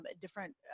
different